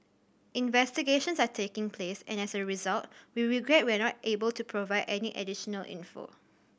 investigations are taking place and as a result we regret we are not able to provide any additional info